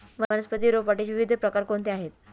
वनस्पती रोपवाटिकेचे विविध प्रकार कोणते आहेत?